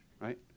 right